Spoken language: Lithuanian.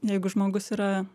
jeigu žmogus yra